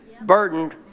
Burdened